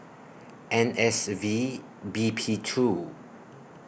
N S V B P two